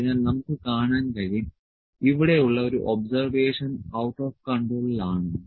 അതിനാൽ നമുക്ക് കാണാൻ കഴിയും ഇവിടെയുള്ള ഒരു ഒബ്സെർവേഷൻ ഔട്ട് ഓഫ് കൺട്രോളിൽ ആണെന്ന്